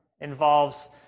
involves